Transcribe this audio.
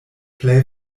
plej